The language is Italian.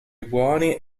buoni